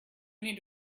need